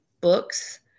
books